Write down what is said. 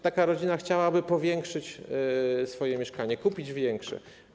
Taka rodzina chciałaby powiększyć swoje mieszkanie, kupić większe.